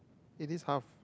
it is half